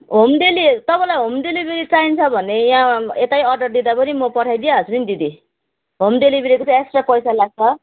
home डेली तपाईँलाई home delivery चाहिन्छ भने यहाँ यतै अर्डर दिँदा पनि म पठाइदिइहाल्छु नि दिदी